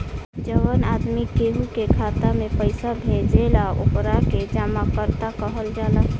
जवन आदमी केहू के खाता में पइसा भेजेला ओकरा के जमाकर्ता कहल जाला